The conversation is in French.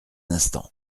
instant